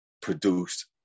produced